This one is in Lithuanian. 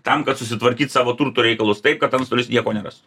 tam kad susitvarkyt savo turto reikalus taip kad antstolis nieko nerastų